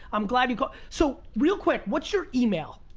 i'm glad you called. so, real quick, what's your email?